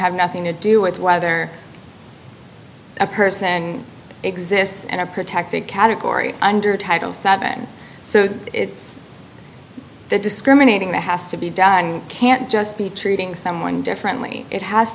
have nothing to do with whether a person exists and are protected category under title seven so it's discriminating there has to be done can't just be treating someone differently it has